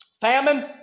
Famine